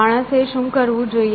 માણસે શું કરવું જોઈએ